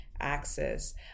access